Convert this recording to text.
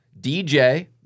DJ